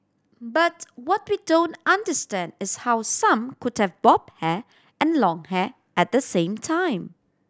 but what we don't understand is how some could have bob hair and long hair at the same time